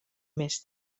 més